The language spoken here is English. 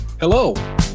Hello